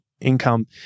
income